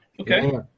okay